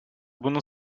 bunu